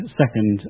second